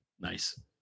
Nice